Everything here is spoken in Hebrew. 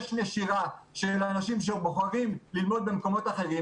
יש נשירה של אנשים שבוחרים ללמד במקומות אחרים.